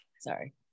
Sorry